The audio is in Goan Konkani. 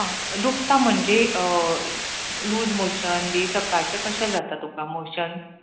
दुकता म्हणजे लूज मॉशन बी सकाळचें कशें जाता तुका मॉशन